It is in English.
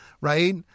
right